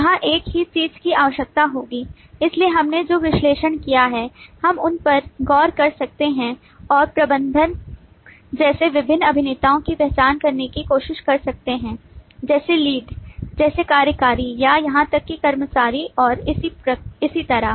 यहां एक ही चीज की आवश्यकता होगी इसलिए हमने जो विश्लेषण किया है हम उन पर गौर कर सकते हैं और प्रबंधक जैसे विभिन्न अभिनेताओं की पहचान करने की कोशिश कर सकते हैं जैसे लीड जैसे कार्यकारी या यहां तक कि कर्मचारी और इस तरह